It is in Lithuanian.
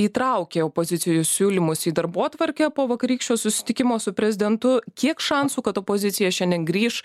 įtraukė opozicijų siūlymus į darbotvarkę po vakarykščio susitikimo su prezidentu kiek šansų kad opozicija šiandien grįš